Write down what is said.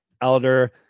Elder